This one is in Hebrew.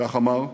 כך אמר,